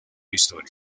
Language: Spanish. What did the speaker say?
historia